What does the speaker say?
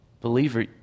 Believer